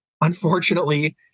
Unfortunately